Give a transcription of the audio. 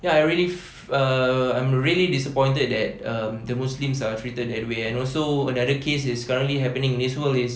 ya I really err I'm really disappointed that um the muslims are treated that way and also another case is sekarang ni happening in this world is